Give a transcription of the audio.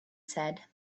said